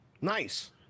nice